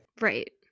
right